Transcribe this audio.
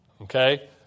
Okay